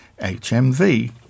HMV